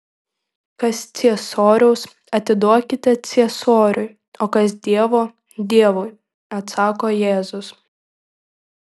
kas ciesoriaus atiduokite ciesoriui o kas dievo dievui atsako jėzus